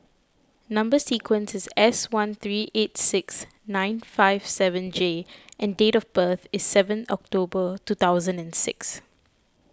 Number Sequence is S one three eight six nine five seven J and date of birth is seven October two thousand and six